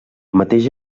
mateix